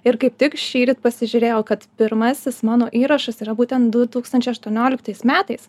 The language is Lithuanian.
ir kaip tik šįryt pasižiūrėjau kad pirmasis mano įrašas yra būtent du tūkstančiai aštuonioliktais metais